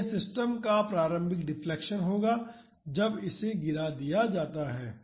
तो यह इस सिस्टम का प्रारंभिक डिफ्लेक्शन होगा जब इसे गिरा दिया जाता है